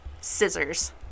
scissors